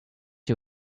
you